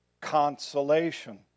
consolation